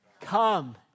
Come